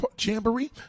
jamboree